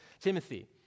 Timothy